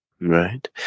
right